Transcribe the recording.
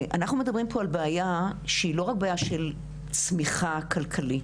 אנחנו מדברים פה על בעיה שהיא לא רק בעיה של צמיחה כלכלית,